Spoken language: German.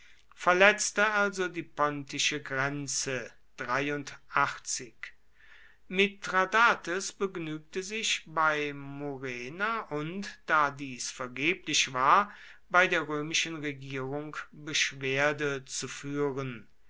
verletzte also die pontische grenze mithradates begnügte sich bei murena und da dies vergeblich war bei der römischen regierung beschwerde zu führen